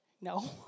no